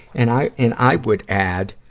and i, and i would add,